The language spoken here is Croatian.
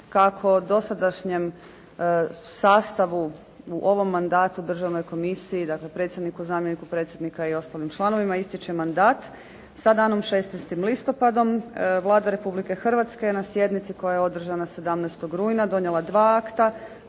Kako dosadašnjem sastavu u ovom mandatu Državnoj komisiji, dakle predsjedniku, zamjeniku predsjednika i ostalim članovima ističe mandat, sa danom 16. listopadom, Vlada Republike Hrvatske na sjednici koja je održana 17. rujna donijela je dva akta.